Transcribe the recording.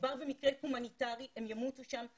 מדובר במקרה הומניטרי, הם ימותו שם.